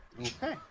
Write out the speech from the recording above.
Okay